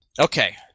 Okay